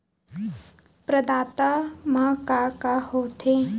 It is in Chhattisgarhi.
प्रदाता मा का का हो थे?